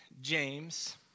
James